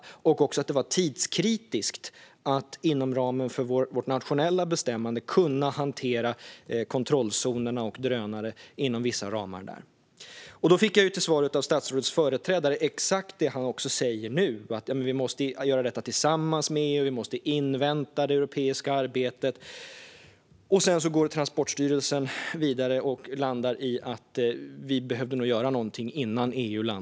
Det var också tidskritiskt att inom ramen för vårt nationella bestämmande kunna hantera kontrollzoner och drönare inom vissa ramar. Jag fick till svar av statsrådets företrädare exakt det som statsrådet sa nu, nämligen att vi måste göra detta tillsammans med EU och invänta det europeiska arbetet. Sedan gick Transportstyrelsen vidare och landade i att vi nog behöver göra något före EU.